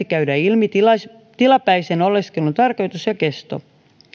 käydä ilmi tilapäisen tilapäisen oleskelun tarkoitus ja kesto